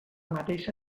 mateixa